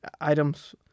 items